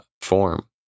form